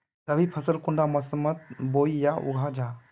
रवि फसल कुंडा मोसमोत बोई या उगाहा जाहा?